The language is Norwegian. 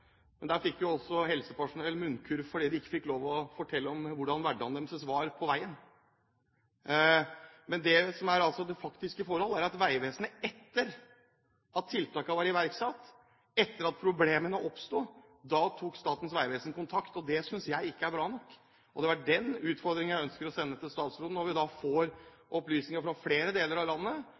men der fikk jo også helsepersonellet munnkurv. De fikk ikke lov til å fortelle om hvordan hverdagen deres var på veien. Det faktiske forhold er at etter at tiltakene var iverksatt, etter at problemene oppsto, tok Statens vegvesen kontakt. Det synes jeg ikke er bra nok. Det er den utfordringen jeg ønsker å sende til statsråden, når vi nå får opplysninger fra flere deler av landet